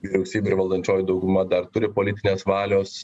vyriausybė ir valdančioji dauguma dar turi politinės valios